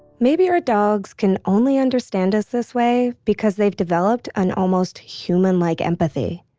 maybe our dogs can only understand us this way because they've developed an almost human-like empathy.